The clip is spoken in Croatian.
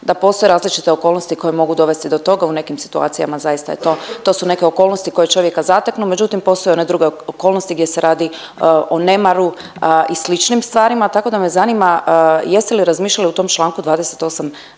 da postoje različite okolnosti koje mogu dovesti do toga, u nekim situacijama zaista je to, to su neke okolnosti koje čovjeka zateknu, međutim, postoje one druge okolnosti gdje se radi o nemaru i sličnim stvarima, tako da me zanima, jeste li razmišljali o tom čl. 28